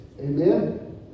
Amen